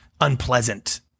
unpleasant